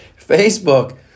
Facebook